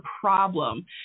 problem